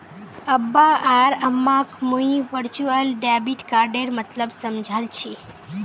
अब्बा आर अम्माक मुई वर्चुअल डेबिट कार्डेर मतलब समझाल छि